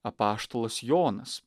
apaštalas jonas